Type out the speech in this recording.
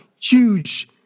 huge